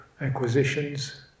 acquisitions